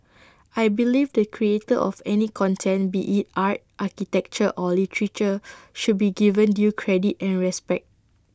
I believe the creator of any content be IT art architecture or literature should be given due credit and respect